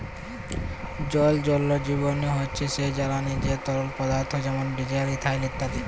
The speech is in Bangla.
জল জৈবজ্বালানি হছে সেই জ্বালানি যেট তরল পদাথ্থ যেমল ডিজেল, ইথালল ইত্যাদি